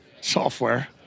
software